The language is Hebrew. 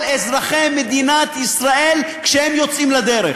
אזרחי מדינת ישראל כשהם יוצאים לדרך.